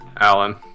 Alan